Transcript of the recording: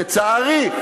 לצערי,